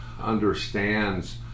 understands